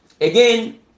Again